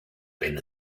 wenn